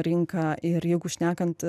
rinka ir jeigu šnekant